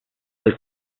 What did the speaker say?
del